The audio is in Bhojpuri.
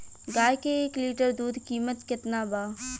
गाय के एक लीटर दूध कीमत केतना बा?